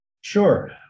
Sure